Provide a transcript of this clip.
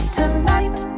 tonight